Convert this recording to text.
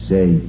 Say